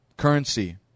Currency